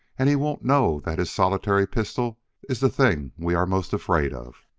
and he won't know that his solitary pistol is the thing we are most afraid of.